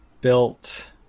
built